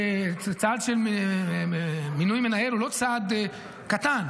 צעד של מינוי מנהל הוא לא צעד קטן,